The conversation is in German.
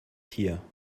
tier